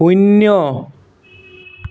শূন্য